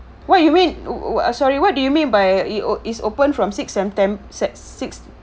what you mean what ah sorry what do you mean by it is open from six septem~ six six